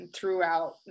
throughout